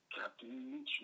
Captain